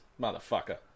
motherfucker